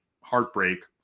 heartbreak